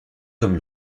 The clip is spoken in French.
comme